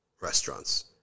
restaurants